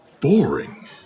Boring